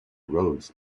roads